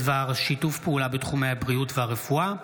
בדבר שיתוף פעולה בתחומי הבריאות והרפואה,